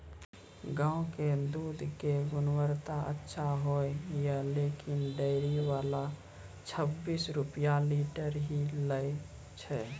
गांव के दूध के गुणवत्ता अच्छा होय या लेकिन डेयरी वाला छब्बीस रुपिया लीटर ही लेय छै?